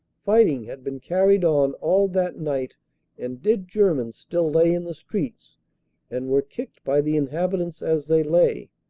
fighting had been carried on all that night and dead germans still lay in the streets and were kicked by the inhabitants as they lay,